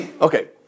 Okay